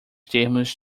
termos